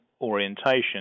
orientation